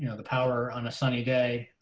you know the power on a sunny day.